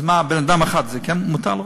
אז מה, בן-אדם אחד כן מותר להרוג?